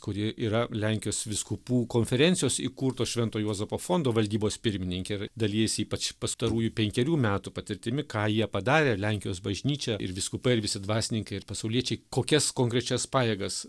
kuri yra lenkijos vyskupų konferencijos įkurto švento juozapo fondo valdybos pirmininkė ir dalijasi ypač pastarųjų penkerių metų patirtimi ką jie padarė lenkijos bažnyčia ir vyskupai ir visi dvasininkai ir pasauliečiai kokias konkrečias pajėgas